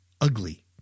ugly